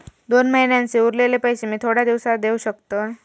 दोन महिन्यांचे उरलेले पैशे मी थोड्या दिवसा देव शकतय?